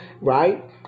right